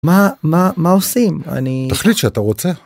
מה מה מה עושים? אני... תחליט שאתה רוצה.